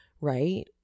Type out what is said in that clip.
right